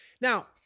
now